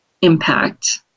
impact